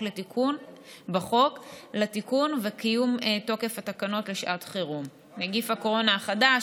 לתיקון וקיום תוקף תקנות לשעת חירום (נגיף הקורונה החדש,